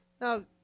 Now